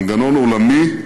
מנגנון עולמי,